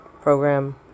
program